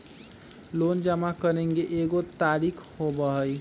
Loan जमा करेंगे एगो तारीक होबहई?